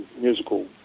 musical